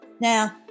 Now